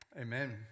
amen